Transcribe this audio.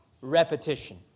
repetition